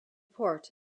port